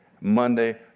Monday